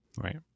right